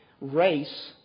race